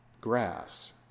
grass